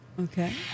Okay